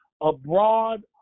abroad